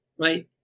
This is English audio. Right